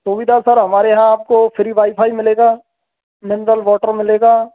सुविधा सर हमारे यहाँ आपको फ्री वाईफाई मिलेगा मिनरल वाटर मिलेगा